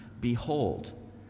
Behold